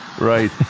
right